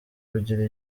kugira